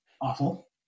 awful